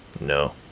no